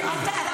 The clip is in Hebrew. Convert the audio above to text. תגיד להם.